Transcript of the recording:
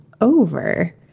over